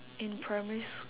in primary sc~